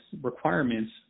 requirements